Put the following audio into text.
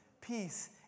peace